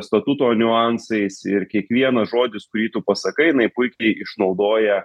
statuto niuansais ir kiekvienas žodis kurį tu pasakai na ji puikiai išnaudoja